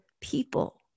people